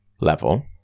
level